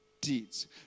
deeds